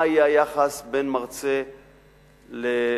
מה יהיה היחס בין מרצה לסטודנטים,